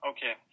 Okay